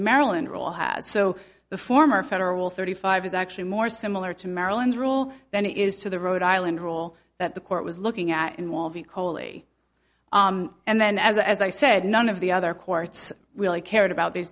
maryland rule has so the former federal thirty five is actually more similar to maryland's rule then it is to the rhode island rule that the court was looking at coli and then as i said none of the other courts really cared about these